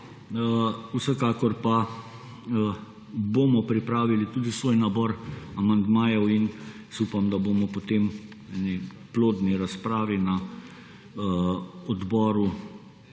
Vsekakor pa bomo pripravili tudi svoj nabor amandmajev in upam, da bomo potem v eni plodni razpravi na odboru,